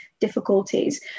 difficulties